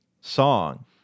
song